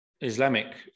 Islamic